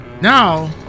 Now